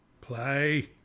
Play